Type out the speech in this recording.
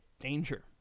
danger